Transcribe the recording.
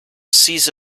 seize